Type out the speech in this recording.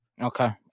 Okay